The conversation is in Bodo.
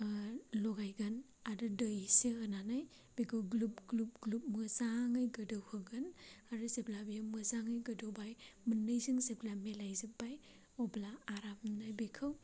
लगायगोन आरो दै एसे होनानै बेखौ ग्लुब ग्लुब ग्लुब मोजाङै गोदौ होगोन आरो जेब्ला बे मोजाङै गोदौबाय मोननैजों जेब्ला मिलायजोब्बाय अब्ला आरामनो बेखौ